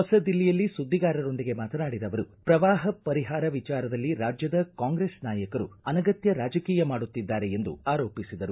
ಹೊಸ ದಿಲ್ಲಿಯಲ್ಲಿ ಸುದ್ದಿಗಾರರೊಂದಿಗೆ ಮಾತನಾಡಿದ ಅವರು ಪ್ರವಾಹ ಪರಿಹಾರ ವಿಚಾರದಲ್ಲಿ ರಾಜ್ಯದ ಕಾಂಗ್ರೆಸ್ ನಾಯಕರು ಅನಗತ್ಯ ರಾಜಕೀಯ ಮಾಡುತ್ತಿದ್ದಾರೆ ಎಂದು ಆರೋಪಿಸಿದರು